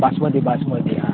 बासमती बासमती हां